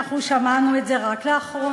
אנחנו שמענו את זה רק לאחרונה,